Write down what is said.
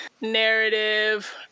narrative